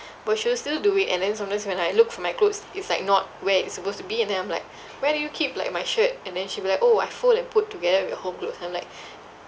but she will still do it and then sometimes when I look for my clothes it's like not where it's supposed to be and then I'm like where do you keep like my shirt and then she'll be like orh I fold and put together with your home clothes I'm like